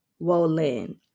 Wolin